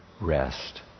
rest